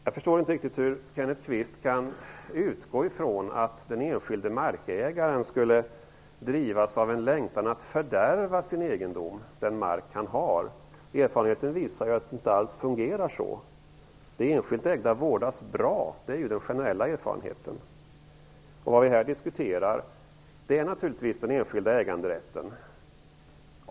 Jag förstår inte riktigt hur Kenneth Kvist kan utgå från att den enskilde markägaren skulle drivas av en längtan att fördärva sin egendom, den mark som han har. Erfarenheten visar att det inte alls fungerar så. Den generella erfarenheten är att det enskilt ägda vårdas bra. Vad vi här diskuterar är naturligtvis den enskilda äganderätten.